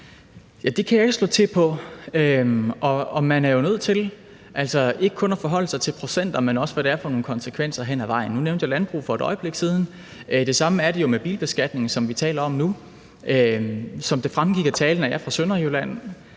Det kan jeg jo ikke slå til på, og man er jo altså nødt til ikke kun at forholde sig til procenter, men også, hvad der er for nogle konsekvenser hen ad vejen. Nu nævnte jeg landbruget for et øjeblik siden, og det samme er det jo med bilbeskatningen, som vi taler om nu. Som det fremgik af talen, er jeg fra Sønderjylland,